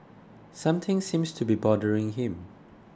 something seems to be bothering him